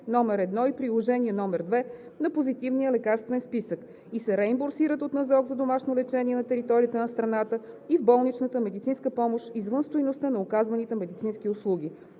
и Приложение № 2 на Позитивния лекарствен списък и се реимбурсират от НЗОК за домашно лечение на територията на страната и в болничната медицинска помощ извън стойността на оказваните медицински услуги.